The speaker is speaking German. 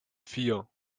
vier